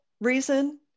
reason